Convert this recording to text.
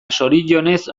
zorionez